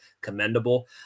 commendable